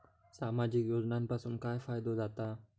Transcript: सामाजिक योजनांपासून काय फायदो जाता?